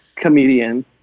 comedian